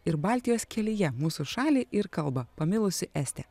ir baltijos kelyje mūsų šalį ir kalbą pamilusi estė